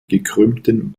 gekrümmten